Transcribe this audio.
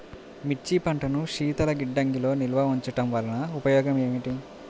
మిర్చి పంటను శీతల గిడ్డంగిలో నిల్వ ఉంచటం వలన ఉపయోగం ఏమిటి?